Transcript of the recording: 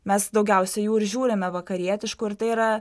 mes daugiausia jų ir žiūrime vakarietiškų ir tai yra